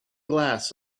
glass